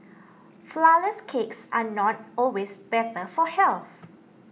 Flourless Cakes are not always better for health